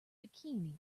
bikini